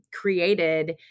created